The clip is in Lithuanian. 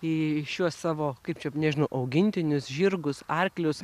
į šiuos savo kaip čia nežinau augintinius žirgus arklius